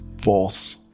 false